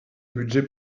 budget